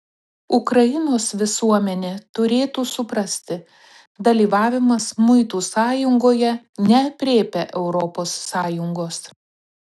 ukrainos visuomenė turėtų suprasti dalyvavimas muitų sąjungoje neaprėpia europos sąjungos